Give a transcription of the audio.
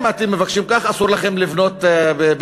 אם אתם מבקשים ככה, אסור לכם לבנות ברעננה,